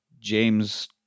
james